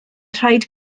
rhaid